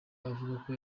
avugako